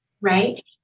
right